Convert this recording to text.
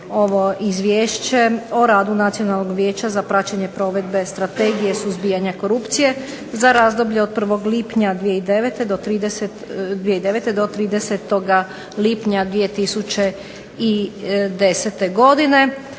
ovo Izvješće o radu Nacionalnog vijeća za praćenje provedbe Strategije suzbijanja korupcije za razdoblje od 1. lipnja 2009. do 30. lipnja 2010. godine